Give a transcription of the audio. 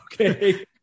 okay